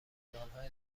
گلدانهای